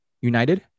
United